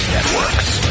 Networks